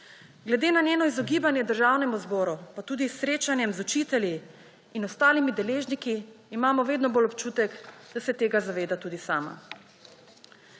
Glede na njeno izogibanje Državnemu zboru pa tudi srečanju z učitelji in ostalimi deležniki imamo vedno bolj občutek, da se tega zaveda tudi sama.